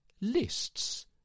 lists